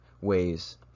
ways